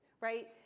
right